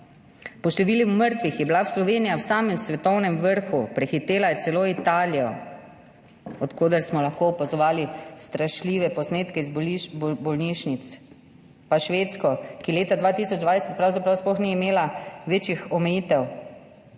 Po številu mrtvih je bila Slovenija v samem svetovnem vrhu, prehitela je celo Italijo, od koder smo lahko opazovali strašljive posnetke iz bolnišnic, pa Švedsko, ki leta 2020 pravzaprav sploh ni imela večjih omejitev.